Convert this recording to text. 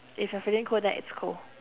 if you're feeling cold then it's cold